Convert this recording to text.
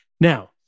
Now